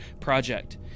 project